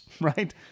right